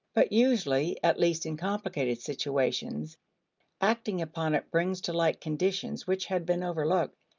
but usually at least in complicated situations acting upon it brings to light conditions which had been overlooked.